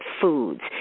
foods